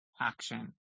action